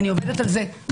אני עובדת על זה,